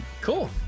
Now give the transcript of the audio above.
Cool